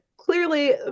Clearly